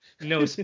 No